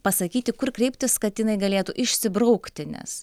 pasakyti kur kreiptis kad jinai galėtų išsibraukti nes